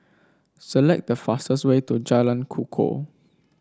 select the fastest way to Jalan Kukoh